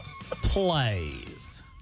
Plays